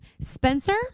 Spencer